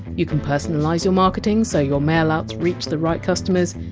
you can personalise your marketing so your mailouts reach the right customers,